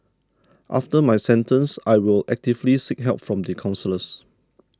after my sentence I will actively seek help from the counsellors